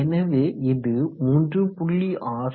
எனவே இது 3